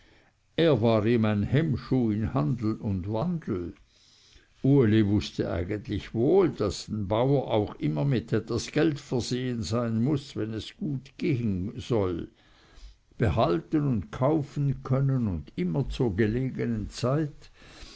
er war ihm ein hemmschuh in handel und wandel uli wußte eigentlich wohl daß ein bauer immer mit etwas geld versehen sein muß wenn es gut gehen soll behalten und kaufen können und immer zur gelegenen zeit